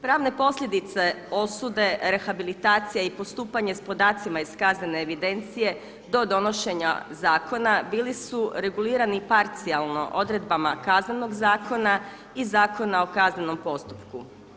Pravne posljedice osude, rehabilitacije i postupanje s podacima iz kaznene evidencije do donošenja zakona bili su regulirani parcijalno odredbama Kaznenog zakona i Zakona o kaznenom postupku.